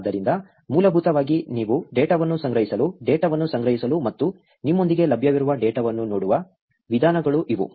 ಆದ್ದರಿಂದ ಮೂಲಭೂತವಾಗಿ ನೀವು ಡೇಟಾವನ್ನು ಸಂಗ್ರಹಿಸಲು ಡೇಟಾವನ್ನು ಸಂಗ್ರಹಿಸಲು ಮತ್ತು ನಿಮ್ಮೊಂದಿಗೆ ಲಭ್ಯವಿರುವ ಡೇಟಾವನ್ನು ನೋಡುವ ವಿಧಾನಗಳು ಇವು